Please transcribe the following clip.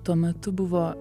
tuo metu buvo